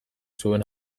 zuen